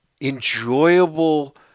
Enjoyable